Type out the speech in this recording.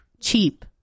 cheap